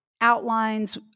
outlines